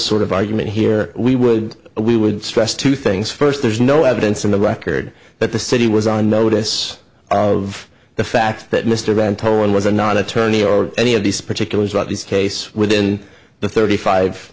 sort of argument here we would we would stress two things first there's no evidence in the record that the city was on notice of the fact that mr ventolin was a not attorney or any of these particulars about this case within the thirty five